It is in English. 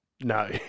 no